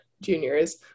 juniors